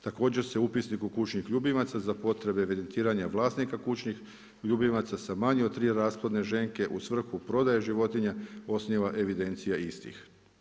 Također se u upisnik kućnih ljubimaca za potrebe … vlasnika kućnih ljubimaca, sa manje od 3 rasplodne ženke u svrhu prodaje životinja, osniva evidencija istih.